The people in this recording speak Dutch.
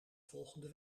volgende